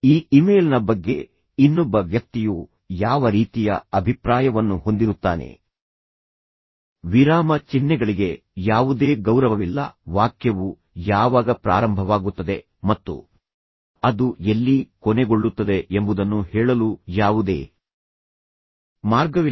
ಈ ಇಮೇಲ್ನ ಬಗ್ಗೆ ಇನ್ನೊಬ್ಬ ವ್ಯಕ್ತಿಯು ಯಾವ ರೀತಿಯ ಅಭಿಪ್ರಾಯವನ್ನು ಹೊಂದಿರುತ್ತಾನೆ ವಿರಾಮ ಚಿಹ್ನೆಗಳಿಗೆ ಯಾವುದೇ ಗೌರವವಿಲ್ಲ ವಾಕ್ಯವು ಯಾವಾಗ ಪ್ರಾರಂಭವಾಗುತ್ತದೆ ಮತ್ತು ಅದು ಎಲ್ಲಿ ಕೊನೆಗೊಳ್ಳುತ್ತದೆ ಎಂಬುದನ್ನು ಹೇಳಲು ಯಾವುದೇ ಮಾರ್ಗವಿಲ್ಲ